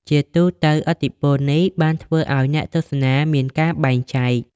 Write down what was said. ជាទូទៅ ឥទ្ធិពលនេះបានធ្វើឱ្យអ្នកទស្សនាមានការបែងចែក។